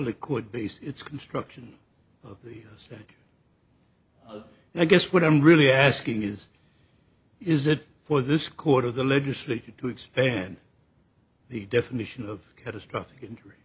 could base its construction of the i guess what i'm really asking is is it for this quarter the legislation to expand the definition of catastrophic injury